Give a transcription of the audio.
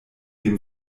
dem